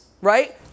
right